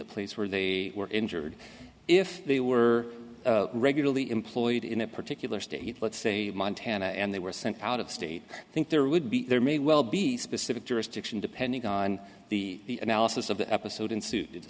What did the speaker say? the place where they were injured if they were regularly employed in a particular state let's say montana and they were sent out of state i think there would be there may well be specific jurisdiction depending on the analysis of the episode